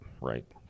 right